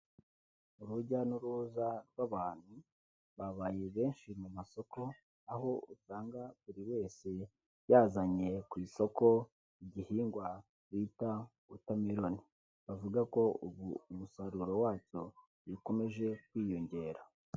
Urujya n'uruza rw'abantu babaye benshi mu masoko, aho usanga buri wese yazanye ku isoko igihingwa bita watermellon, bavuga ko ubu umusaruro wacyo ukomeje kwiyongera.